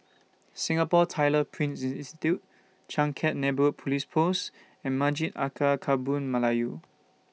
Singapore Tyler Print Institute Changkat Neighbourhood Police Post and Masjid Alkaff Kampung Melayu